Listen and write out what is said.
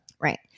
Right